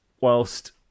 whilst